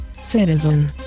citizen